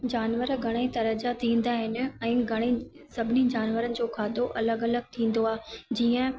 जानवर घणई तरह जा थींदा आहिनि ऐं घणई सभिनी जानवरनि जो खाधो अलॻि अलॻि थींदो आहे जीअं